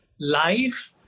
life